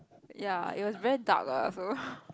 ya it was very dark lah so